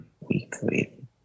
Weekly